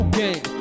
game